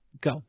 go